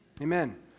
Amen